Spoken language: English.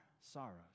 sorrows